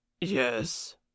Yes